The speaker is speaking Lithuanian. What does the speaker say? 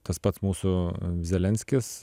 tas pats mūsų zelenskis